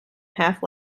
half